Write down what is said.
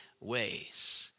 ways